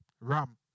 RAM